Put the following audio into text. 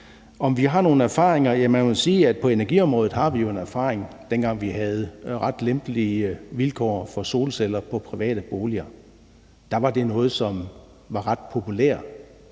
om vi har nogle erfaringer, må man sige, at på energiområdet har vi jo en erfaring fra dengang, hvor vi havde ret lempelige vilkår for solceller på private boliger. Der var det noget, som var ret populært